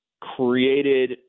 created